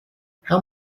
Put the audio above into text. how